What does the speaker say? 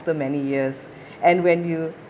after many years and when you